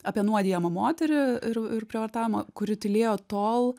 apie nuodijamą moterį ir ir prievartaujamą kuri tylėjo tol